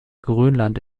grönland